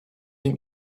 nim